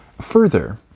Further